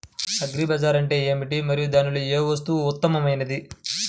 Agri bazaar అంటే ఏమిటి మరియు దానిలో ఏ వస్తువు ఉత్తమమైనది?